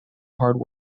hard